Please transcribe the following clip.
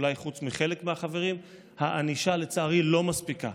אולי חוץ מחלק מהחברים, הענישה, לצערי, לא מספיקה.